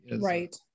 Right